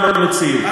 אתה מערבב,